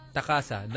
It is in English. Takasa